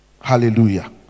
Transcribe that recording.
Hallelujah